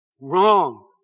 Wrong